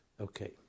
Okay